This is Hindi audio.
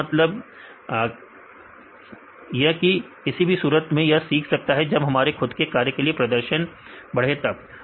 इसका मतलब किया से किसी सूरत में सीख सकता है जब हमारे खुद के कार्य के लिए प्रदर्शन बड़े तब